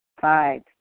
Five